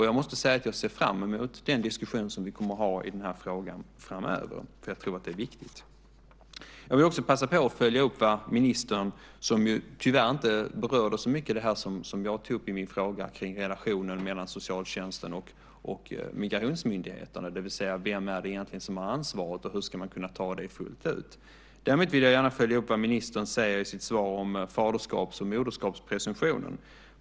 Jag ser fram emot den diskussion vi kommer att ha i frågan framöver. Den är viktig. Jag vill också passa på att följa upp det som ministern tyvärr inte berörde så mycket i min fråga, nämligen relationen mellan socialtjänsten och migrationsmyndigheterna. Vem är det egentligen som har ansvaret, och hur ska man ta det fullt ut? Däremot vill jag gärna följa upp vad ministern sade i sitt svar om faderskaps och moderskapspresumtionen.